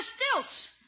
stilts